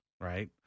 right